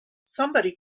somebody